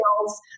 sales